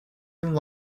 and